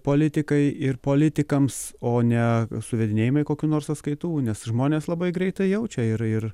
politikai ir politikams o ne suvedinėjimai kokių nors atskaitų nes žmonės labai greitai jaučia ir ir